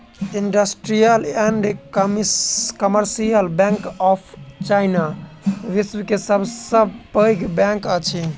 industrial and commercial bank of China, विश्व के सब सॅ पैघ बैंक अछि